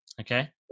Okay